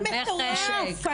זה מטורף.